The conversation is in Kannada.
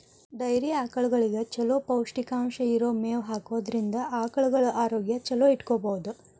ಡೈರಿ ಆಕಳಗಳಿಗೆ ಚೊಲೋ ಪೌಷ್ಟಿಕಾಂಶ ಇರೋ ಮೇವ್ ಹಾಕೋದ್ರಿಂದ ಆಕಳುಗಳ ಆರೋಗ್ಯ ಚೊಲೋ ಇಟ್ಕೋಬಹುದು